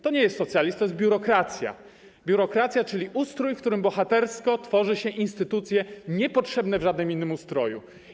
To nie jest socjalizm, to jest biurokracja, czyli ustrój, w którym bohatersko tworzy się instytucje niepotrzebne w żadnym innym ustroju.